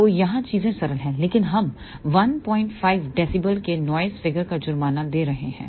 तो यहाँ चीजें सरल हैं लेकिन हम 15 डीबी के नॉइस फिगर का जुर्माना दे रहे हैं